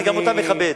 אני גם אותה מכבד.